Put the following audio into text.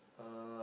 uh